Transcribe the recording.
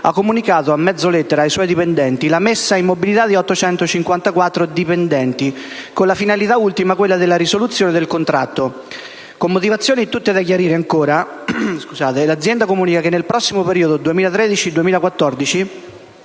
ha comunicato a mezzo lettera ai suoi dipendenti la messa in mobilità di 854 dipendenti, con la finalità ultima della risoluzione del contratto. Con motivazioni ancora tutte da chiarire, l'azienda comunica che nel prossimo periodo 2013-2014